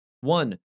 One